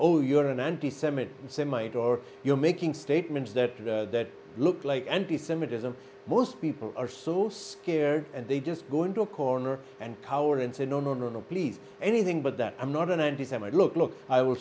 oh you're an anti semite semite or you're making statements that look like n p semitism most people are so scared and they just go into a corner and cower and say no no no no please anything but that i'm not an anti semite look look i will